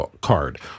card